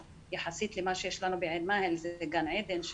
יחסית למה שיש לנו בעין מאהל זה גן עדן,